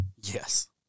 Yes